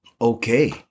okay